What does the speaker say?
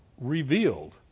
revealed